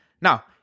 Now